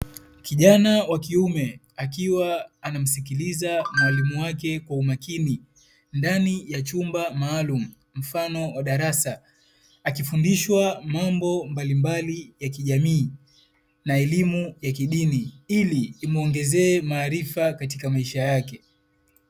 Kijana wa kiume akiwa anamsikiliza mwalimu wake kwa umakini, ndani ya chumba maalumu mfano wa darasa. Akifundishwa mambo mbalimbali ya kijamii na elimu ya kidini, ili imuongezee maarifa katika maisha yake.